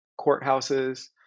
courthouses